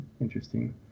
interesting